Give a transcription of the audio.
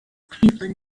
cleveland